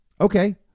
Okay